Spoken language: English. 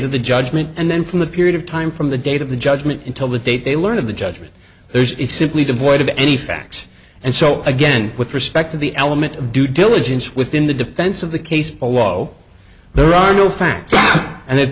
of the judgment and then from the period of time from the date of the judgment until the date they learned of the judgment there's simply devoid of any facts and so again with respect to the element of due diligence within the defense of the case below there are no facts and the